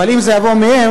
אבל אם זה יבוא מהם,